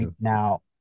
now